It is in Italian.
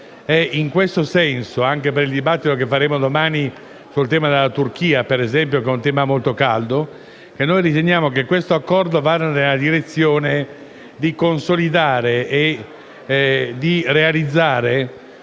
In questo senso, anche per il dibattito che faremo domani sul tema della Turchia, che è un tema molto caldo, noi riteniamo che questo Accordo vada nella direzione di consolidare e di realizzare